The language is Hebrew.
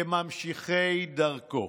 כממשיכי דרכו.